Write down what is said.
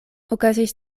okazis